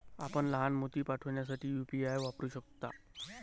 आपण लहान मोती पाठविण्यासाठी यू.पी.आय वापरू शकता